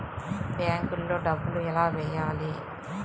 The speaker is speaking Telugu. బ్యాంక్లో డబ్బులు ఎలా వెయ్యాలి?